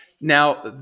Now